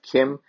Kim